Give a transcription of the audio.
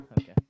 Okay